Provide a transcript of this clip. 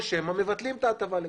או שמא מבטלים את ההטבה לכולם.